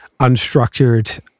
unstructured